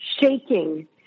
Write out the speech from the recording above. shaking